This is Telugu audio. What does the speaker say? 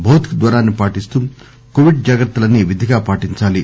భౌతిక దూరాన్ని పాటిస్తూ కోవిడ్ జాగ్రత్తలన్నీ విధిగా పాటించాలి